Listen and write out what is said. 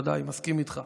ודאי, אני מסכים איתך.